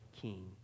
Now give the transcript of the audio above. king